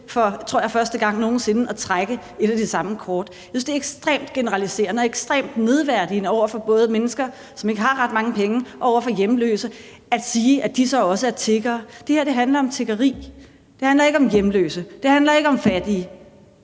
for første gang nogen sinde, tror jeg, at trække et af de samme kort. Jeg synes, det er ekstremt generaliserende og ekstremt nedværdigende over for både mennesker, som ikke har ret mange penge, og over for hjemløse at sige, at de så også er tiggere. Det her handler om tiggeri. Det handler ikke om hjemløse. Det handler ikke om fattige.